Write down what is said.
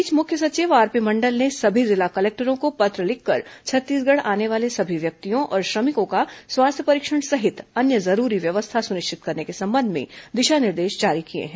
इस बीच मुख्य सचिव आरपी मंडल ने सभी जिला कलेक्टरों को पत्र लिखकर छत्तीसगढ़ आने वाले सभी व्यक्तियों और श्रमिकों का स्वास्थ्य परीक्षण सहित अन्य जरूरी व्यवस्था सुनिश्चित करने के संबंध में दिशा निर्देश जारी किए हैं